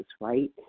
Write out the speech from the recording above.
right